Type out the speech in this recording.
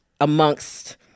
amongst